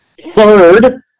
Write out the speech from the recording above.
Third